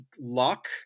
luck